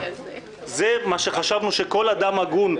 זה מה שחשבנו שכל אדם הגון,